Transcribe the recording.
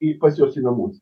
į pas juos į namus